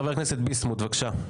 חבר הכנסת ביסמוט, בבקשה.